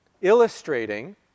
illustrating